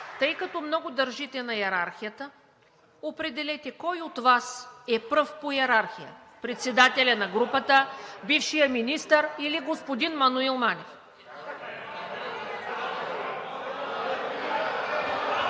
Тъй като много държите на йерархията, определете кой от Вас е пръв по йерархия – председателят на групата, бившият министър или господин Маноил Манев? (Силен